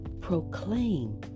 proclaim